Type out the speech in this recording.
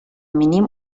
mínim